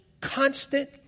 constant